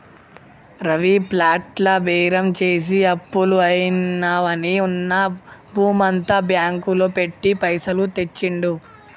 రవి ప్లాట్ల బేరం చేసి అప్పులు అయినవని ఉన్న భూమంతా బ్యాంకు లో పెట్టి పైసలు తెచ్చిండు